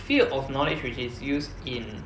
field of knowledge which is used in